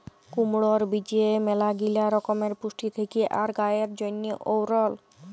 কুমড়র বীজে ম্যালাগিলা রকমের পুষ্টি থেক্যে আর গায়ের জন্হে এঔরল